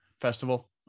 festival